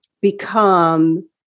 become